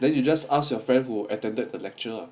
then you just ask your friend who attempted the lecture a